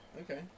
Okay